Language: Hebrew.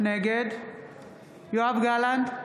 נגד יואב גלנט,